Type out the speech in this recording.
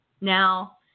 now